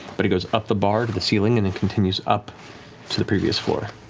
but it goes up the bar to the ceiling and then continues up to the previous floor.